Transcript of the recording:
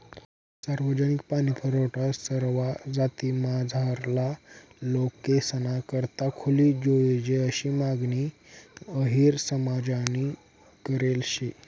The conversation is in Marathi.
सार्वजनिक पाणीपुरवठा सरवा जातीमझारला लोकेसना करता खुली जोयजे आशी मागणी अहिर समाजनी करेल शे